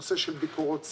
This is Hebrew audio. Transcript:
נושא של ביקורות סייבר,